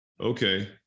Okay